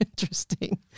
interesting